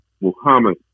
Muhammad